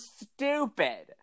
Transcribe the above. stupid